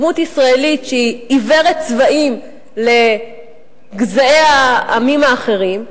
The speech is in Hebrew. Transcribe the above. דמות ישראלית שהיא עיוורת צבעים לגזעי העמים האחרים,